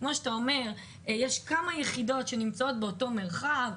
יש כמה יחידות שנמצאות באותו מרחב,